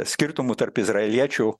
skirtumų tarp izraeliečių